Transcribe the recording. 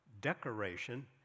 decoration